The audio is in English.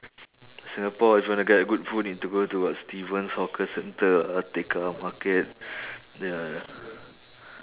singapore if you wanna get a good food need to go to what stevens hawker center lah tekka market ya ya